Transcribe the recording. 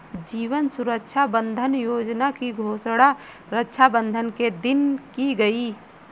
जीवन सुरक्षा बंधन योजना की घोषणा रक्षाबंधन के दिन की गई